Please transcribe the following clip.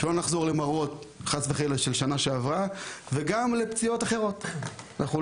כדי שלא נחזור חס וחלילה למראות של שנה שעברה או לפציעות אחרות שהיו.